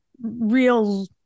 real